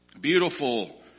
Beautiful